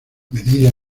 medida